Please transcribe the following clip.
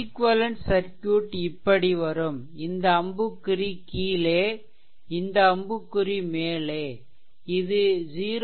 equivalent circuit இப்படி வரும் இந்த அம்புக்குறி கீழே இந்த அம்புக்குறி மேலே இது 0